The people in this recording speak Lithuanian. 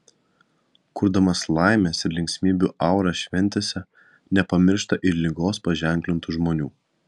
kurdamas laimės ir linksmybių auras šventėse nepamiršta ir ligos paženklintų žmonių